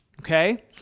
okay